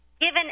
Given